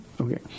Okay